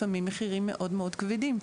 לפעמים מחירים מאוד כבדים.